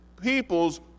people's